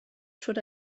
should